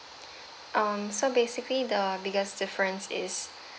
um so basically the biggest difference is